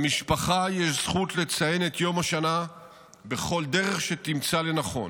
למשפחה יש זכות לציין את יום השנה בכל דרך שתמצא לנכון.